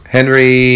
Henry